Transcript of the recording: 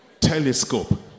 Telescope